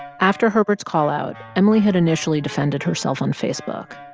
after herbert's call-out, emily had initially defended herself on facebook.